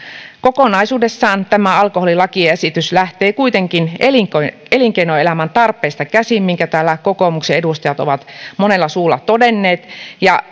kokonaisuudessaan tämä alkoholilakiesitys lähtee kuitenkin elinkeinoelämän elinkeinoelämän tarpeista käsin minkä täällä kokoomuksen edustajat ovat monella suulla todenneet ja